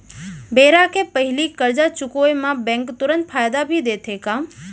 बेरा के पहिली करजा चुकोय म बैंक तुरंत फायदा भी देथे का?